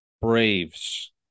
Braves